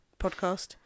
podcast